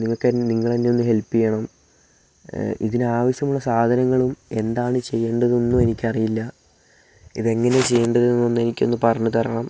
നിങ്ങൾക്ക് എന്നെ നിങ്ങളെന്നെ ഒന്ന് ഹെൽപ്പ് ചെയ്യണം ഇതിനാവശ്യമുള്ള സാധനങ്ങളും എന്താണ് ചെയ്യേണ്ടതെന്നും എനിക്കറിയില്ല ഇതെങ്ങനെ ചെയ്യേണ്ടത് എന്നൊന്ന് എനിക്കൊന്ന് പറഞ്ഞ് തരണം